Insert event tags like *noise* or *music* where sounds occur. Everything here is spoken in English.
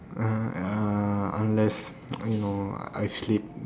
ah ah unless *noise* you know I sleep